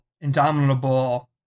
indomitable